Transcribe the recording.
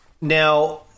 now